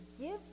give